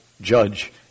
judge